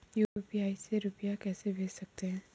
UPI से रुपया कैसे भेज सकते हैं?